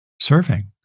serving